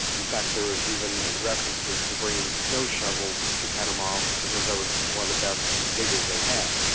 in fact there was even references to bringing snow shovels to panama because that was one of the best diggers they had.